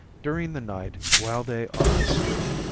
during the night, while they are asleep,